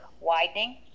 widening